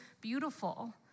beautiful